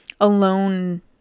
alone